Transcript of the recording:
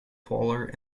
polar